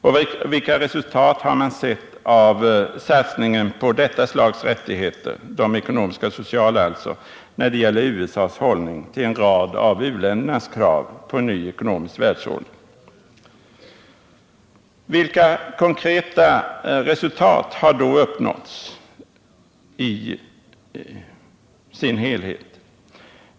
Och vilka resultat har man sett av satsningen på detta slags rättigheter — de ekonomiska och sociala — när det gäller USA:s hållning till en rad av uländernas krav på en ny ekonomisk världsordning? Vilka konkreta resultat har då uppnåtts?